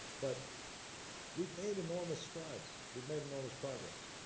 but we've made enormous strides. we've made enormous progress.